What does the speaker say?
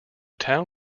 town